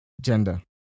Gender